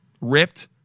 Ripped